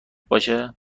باشه